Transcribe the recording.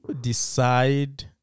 decide